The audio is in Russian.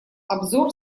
обзор